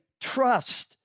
trust